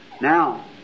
Now